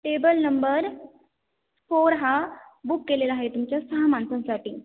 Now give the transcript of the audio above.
table number four हा book केलेला आहे तुमच्या सहा माणसांसाठी